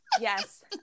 Yes